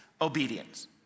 obedience